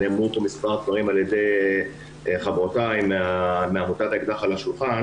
נאמרו פה מספר דברים על-ידי חברותי מעמותת "האקדח על השולחן",